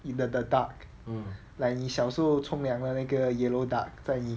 the the duck like 你小时候冲凉的那个 yellow duck 在意